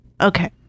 okay